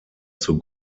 zur